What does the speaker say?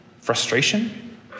frustration